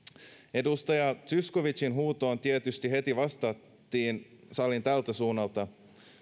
edustaja zyskowiczin huutoon tietysti heti vastattiin salin tältä suunnalta